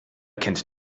kennt